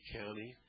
county